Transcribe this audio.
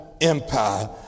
Empire